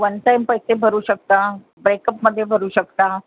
one time पैसे भरू शकता ब्रेकपमध्ये भरू शकता